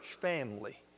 family